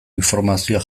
informazioa